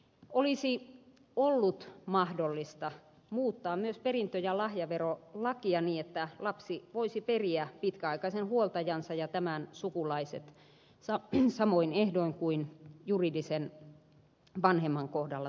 olisi ollut mahdollista muuttaa myös perintö ja lahjaverolakia niin että lapsi voisi periä pitkäaikaisen huoltajansa ja tämän sukulaiset samoin ehdoin kuin juridisen vanhemman kohdalla tapahtuu